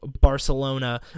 Barcelona